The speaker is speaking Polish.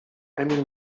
emil